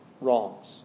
wrongs